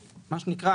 מהענף,